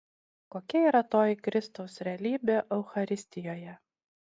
kokia yra toji kristaus realybė eucharistijoje